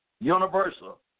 Universal